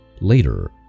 later